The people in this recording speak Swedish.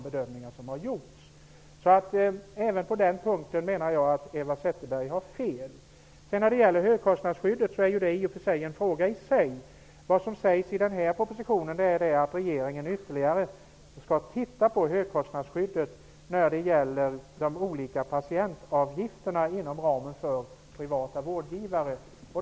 Jag menar alltså att Eva Zetterberg har fel även på den punkten. Högkostnadsskyddet är en fråga i sig. I den här propositionen sägs att regeringen ytterligare skall titta på högkostnadsskyddet när det gäller de olika patientavgifterna inom ramen för privata vårdgivare.